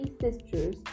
sisters